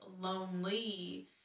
lonely